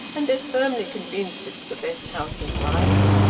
and they're firmly convinced it's the best house in brighton.